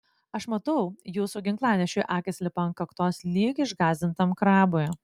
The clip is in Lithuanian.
aš matau jūsų ginklanešiui akys lipa ant kaktos lyg išgąsdintam krabui